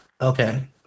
Okay